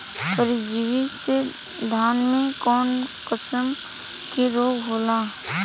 परजीवी से धान में कऊन कसम के रोग होला?